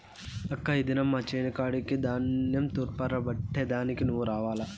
అక్కా ఈ దినం మా చేను కాడికి ధాన్యం తూర్పారబట్టే దానికి నువ్వు రావాల్ల